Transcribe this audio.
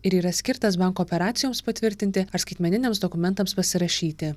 ir yra skirtas banko operacijoms patvirtinti ar skaitmeniniams dokumentams pasirašyti